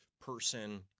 person